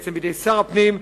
בעצם בידי שר הפנים,